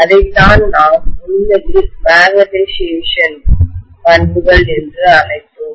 அதைத்தான் நாம் உண்மையில் மேக்னட்டைசேஷன் காந்தமயமாக்கல் பண்புகள் என்று அழைத்தோம்